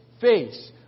face